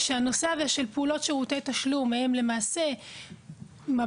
שהנושא של פעולות שירותי התשלום הוא למעשה מבט